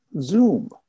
Zoom